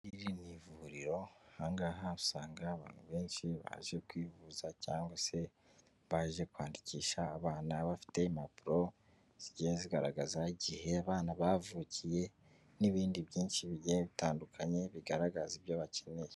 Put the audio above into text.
Iri ni ivuriro aha ngaha usanga abantu benshi baje kwivuza cyangwa se baje kwandikisha abana, bafite impapuro zigiye zigaragaza igihe abana bavukiye n'ibindi byinshi bigiye bitandukanye bigaragaza ibyo bakeneye.